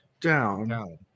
down